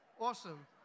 awesome